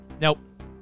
Nope